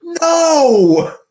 No